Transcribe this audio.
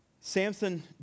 Samson